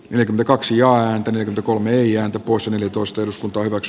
yli kaksi ääntä ja kolme ian opus neljätoista eduskuntaurax